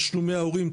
תשלומי ההורים,